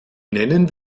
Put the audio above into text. nennen